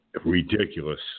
ridiculous